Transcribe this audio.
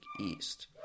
East